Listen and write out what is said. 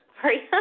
sorry